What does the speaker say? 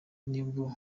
nibwo